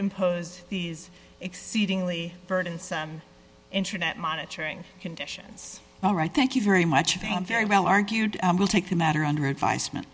impose these exceedingly burdensome internet monitoring conditions all right thank you very much very well argued will take the matter under advisement